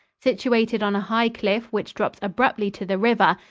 situated on a high cliff which drops abruptly to the river,